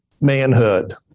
manhood